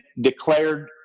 declared